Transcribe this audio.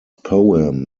poem